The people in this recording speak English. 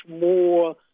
more